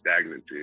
stagnancy